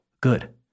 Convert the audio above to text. good